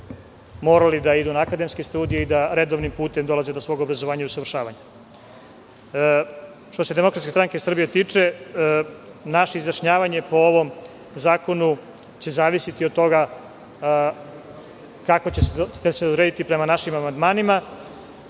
morali da idu na akademske studije i da redovnim putem dolaze do svog obrazovanja i usavršavanja. Što se DSS tiče, naše izjašnjavanje po ovom zakonu će zavisiti od toga kako ćete se odrediti prema našim amandmanima.